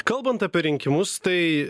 kalbant apie rinkimus tai